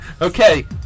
Okay